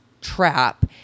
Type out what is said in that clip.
trap